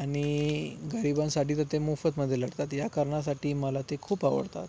आणि गरिबांसाठी तर ते मोफतमध्ये लढतात या कारणासाठी मला ते खूप आवडतात